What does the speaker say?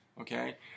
okay